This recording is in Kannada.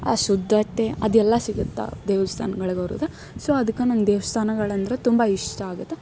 ಆ ಶುದ್ಧತೆ ಅದೆಲ್ಲ ಸಿಗುತ್ತೆ ದೇವಸ್ಥಾನಗಳ್ಗೆ ಹೋದ್ರೆ ಸೊ ಅದ್ಕೆ ನಂಗೆ ದೇವಸ್ಥಾನಗಳಂದ್ರೆ ತುಂಬ ಇಷ್ಟ ಆಗುತ್ತೆ